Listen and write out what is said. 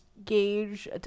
Gauge